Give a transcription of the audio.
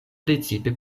precipe